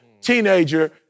teenager